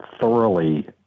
thoroughly